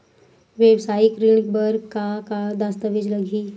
वेवसायिक ऋण बर का का दस्तावेज लगही?